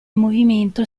movimento